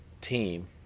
team